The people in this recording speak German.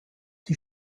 die